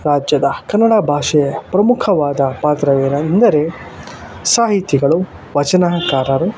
ರಾಜ್ಯದ ಕನ್ನಡ ಭಾಷೆಯ ಪ್ರಮುಖವಾದ ಪಾತ್ರವೇನೆಂದರೆ ಸಾಹಿತಿಗಳು ವಚನಕಾರರು